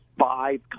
five